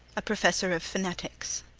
a professor of phonetics.